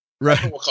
Right